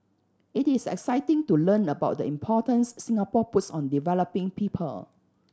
it is exciting to learn about the importance Singapore puts on developing people